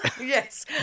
Yes